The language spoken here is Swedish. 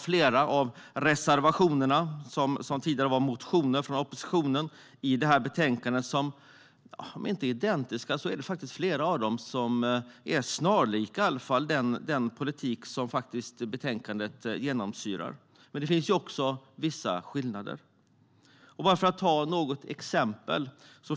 Flera av oppositionens reservationer i betänkandet är om än inte identiska så snarlika den politik som betänkandet genomsyras av. Men det finns också vissa skillnader. Låt mig ge några exempel.